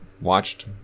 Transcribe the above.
watched